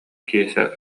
киэсэ